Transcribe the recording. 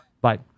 Bye